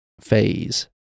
phase